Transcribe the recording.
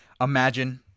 imagine